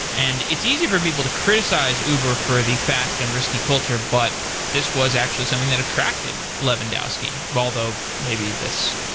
and it's easy for people to criticize uber for the fast and risky culture, but this was actually something that attracted levandowski although maybe this